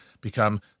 become